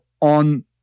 on